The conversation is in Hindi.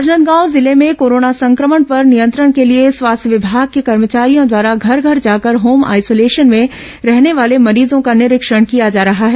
राजनांदगांव जिले में कोरोना संक्रमण पर नियंत्रण के लिए स्वास्थ्य विभाग के कर्मचारियों द्वारा घर घर जाकर होम आइसोलेशन में रहने वाले मरीजों का निरीक्षण किया जा रहा है